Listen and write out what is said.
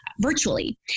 virtually